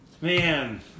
Man